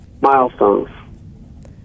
Milestones